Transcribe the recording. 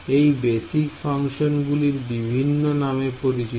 এই basic function গুলি বিভিন্ন নামে পরিচিত